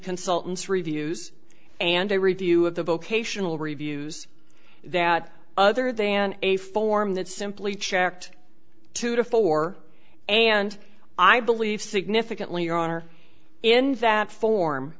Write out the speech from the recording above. consultants reviews and a review of the vocational reviews that other than a form that simply checked two to four and i believe significantly your honor in that form